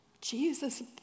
Jesus